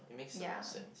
ya